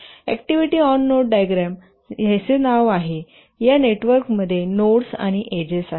activity on node diagram जसे नाव म्हणतात या नेटवर्कमध्ये नोड्स आणि एजेस आहेत